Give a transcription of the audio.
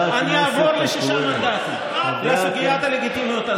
אני אעבור לשישה מנדטים, לסוגיית הלגיטימיות הזאת.